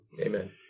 Amen